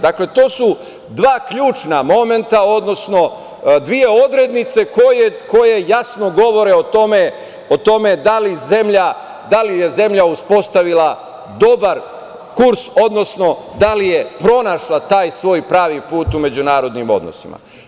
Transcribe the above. Dakle, to su dva ključna momenta, odnosno dve odrednice koje jasno govore o tome da li je zemlja uspostavila dobar kurs, odnosno da li je pronašla taj svoj pravi put u međunarodnim odnosima.